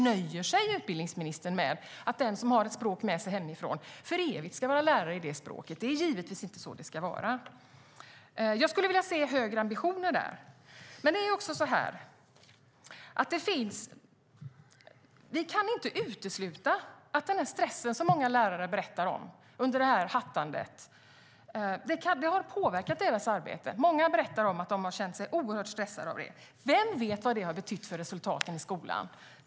Nöjer sig utbildningsministern med att den som har ett språk med sig hemifrån för evigt ska vara lärare i det språket? Så ska det givetvis inte vara. Jag skulle vilja se högre ambitioner där. Vi kan inte utesluta att den stress som många lärare har berättat om under det här hattandet har påverkat deras arbete. Många säger att de har känt sig oerhört stressade över detta. Vem vet vad det har betytt för resultaten i skolan?